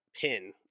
pin